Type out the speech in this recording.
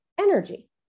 energy